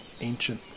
ancient